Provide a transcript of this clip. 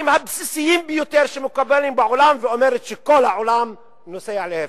הבסיסיים ביותר שמקובלים בעולם ואומרת שכל העולם נוסע להיפך.